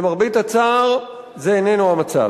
למרבה הצער, זה איננו המצב.